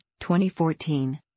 2014